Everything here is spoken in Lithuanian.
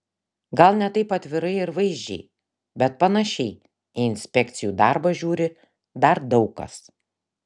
gal ne taip atvirai ir vaizdžiai bet panašiai į inspekcijų darbą žiūri dar daug kas